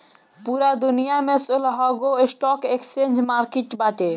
पूरा दुनिया में सोलहगो स्टॉक एक्सचेंज मार्किट बाटे